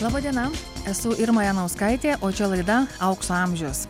laba diena esu irma janauskaitė o čia laida aukso amžiaus